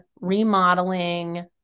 remodeling